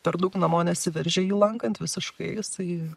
per daug namo nesiveržia jį lankant visiškai jisai